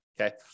okay